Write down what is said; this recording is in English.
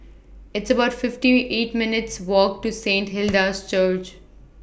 It's about fifty eight minutes' Walk to Saint Hilda's Church